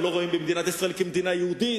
הם לא רואים במדינת ישראל מדינה יהודית.